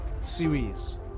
series